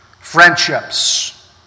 friendships